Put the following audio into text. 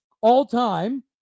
all-time